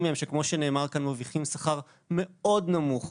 מהם שכמו שנאמר כאן מרוויחים שכר מאוד נמוך,